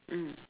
mm